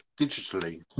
digitally